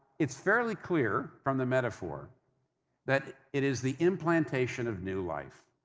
it's fairly clear from the metaphor that it is the implantation of new life.